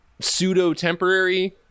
pseudo-temporary